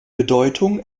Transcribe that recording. bedeutung